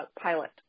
pilot